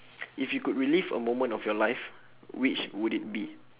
if you could relive a moment of your life which would it be